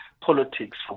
politics